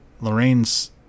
Lorraine's